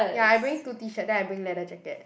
ya I bringing two T shirt then I bring leather jacket